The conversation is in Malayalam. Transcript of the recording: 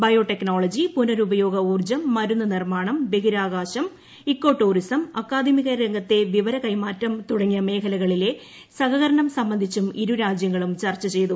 ബയോടെക്നോളജി പുനരുപയോഗ ഊർജ്ജം മരുന്ന് നിർമ്മാണം ബഹിരാകാശം ഇക്കോ ടൂറിസം അക്കാദമിക രംഗത്തെ വിവര കൈമാറ്റം തുടങ്ങിയ മേഖലകളിലെ സഹകരണം സംബന്ധിച്ചും ഇരു രാജൃങ്ങളും ചർച്ച ചെയ്തു